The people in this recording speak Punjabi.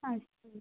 ਅੱਛਾ ਜੀ